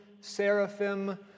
seraphim